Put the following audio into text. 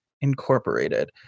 incorporated